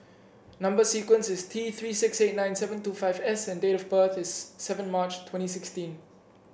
number sequence is T Three six eight nine seven two five S and date of birth is seven March twenty sixteen